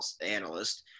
analyst